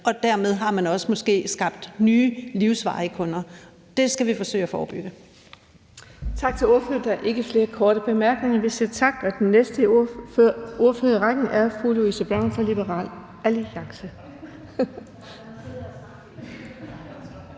Dermed har man måske også skabt nye livsvarige kunder. Det skal vi forsøge at forebygge.